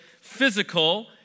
physical